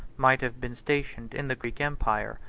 might have been stationed in the greek empire,